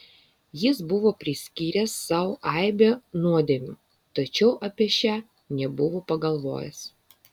jis buvo priskyręs sau aibę nuodėmių tačiau apie šią nebuvo pagalvojęs